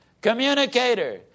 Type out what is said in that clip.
communicator